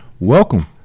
welcome